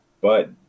but-